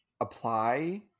apply